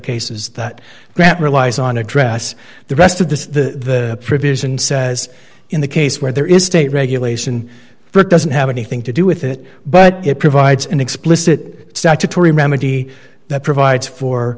cases that grant relies on address the rest of the provision says in the case where there is state regulation for it doesn't have anything to do with it but it provides an explicit statutory remedy that provides